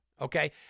okay